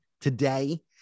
today